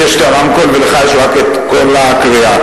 לי יש הרמקול ולך יש רק קול בקריאה.